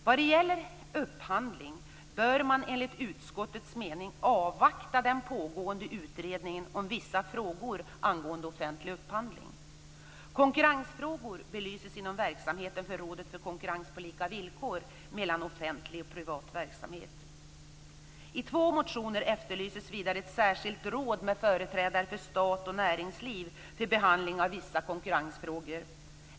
Vad gäller upphandling bör man enligt utskottets mening avvakta den pågående utredningen om vissa frågor angående offentlig upphandling. Konkurrensfrågor belyses inom verksamheten för Rådet för konkurrens på lika villkor mellan offentlig och privat verksamhet. I två motioner efterlyses vidare ett särskilt råd med företrädare för stat och näringsliv för behandling av vissa konkurrensfrågor.